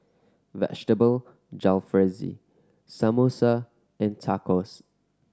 Vegetable Jalfrezi Samosa and Tacos